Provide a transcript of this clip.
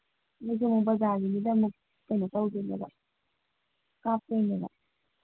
ꯑꯩꯁꯨ ꯑꯃꯨꯛ ꯕꯖꯥꯔꯒꯤꯗꯨꯗ ꯑꯃꯨꯛ ꯀꯩꯅꯣ ꯇꯧꯗꯣꯏꯅꯦꯕ ꯀꯥꯞꯇꯣꯏꯅꯦꯕ